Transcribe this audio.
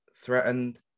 threatened